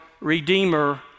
redeemer